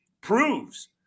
proves